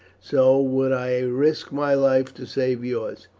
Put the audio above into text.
so would i risk my life to save yours.